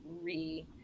re